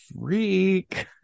freak